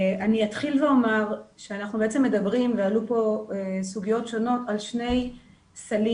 אתחיל ואומר שאנחנו מדברים על שני סלים.